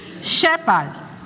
shepherd